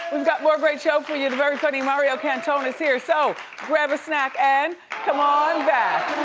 we've got more great show for you. the very funny mario cantone is here. so grab a snack and come on back.